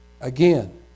again